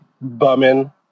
bumming